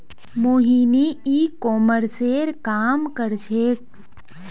मोहिनी ई कॉमर्सेर काम कर छेक्